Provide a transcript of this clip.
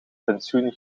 pensioen